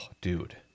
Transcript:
dude